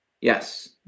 Yes